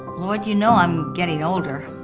lord, you know i'm getting older.